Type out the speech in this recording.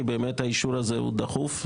כי באמת האישור הזה הוא דחוף.